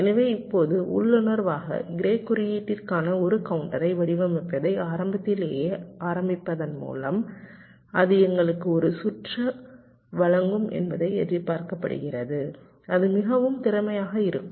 எனவே இப்போது உள்ளுணர்வாக க்ரே குறியீட்டிற்கான ஒரு கவுண்டரை வடிவமைப்பதை ஆரம்பத்திலேயே ஆரம்பிப்பதன் மூலம் அது எங்களுக்கு ஒரு சுற்று வழங்கும் என்று எதிர்பார்க்கப்படுகிறது அது மிகவும் திறமையாக இருக்கும்